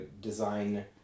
design